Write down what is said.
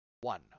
One